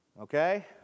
Okay